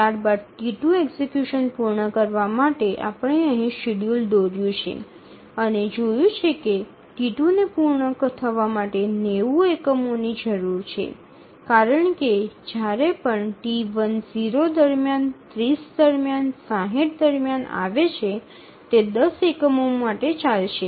ત્યારબાદ T2 execution પૂર્ણ કરવા માટે આપણે અહીં શેડ્યૂલ દોર્યું છે અને જોયું છે કે T2 ને પૂર્ણ થવા માટે ૯0 એકમોની જરૂર છે કારણ કે જ્યારે પણ T1 0 દરમિયાન ૩0 દરમિયાન ૬0 દરમિયાન આવે છે તે ૧0 એકમો માટે ચાલશે